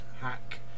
Hack